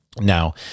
now